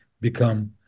become